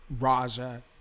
raja